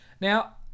Now